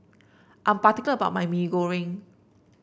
I'm particular about my Mee Goreng